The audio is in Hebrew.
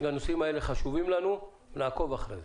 אם הנושאים האלה חשובים לנו, נעקוב אחרי זה.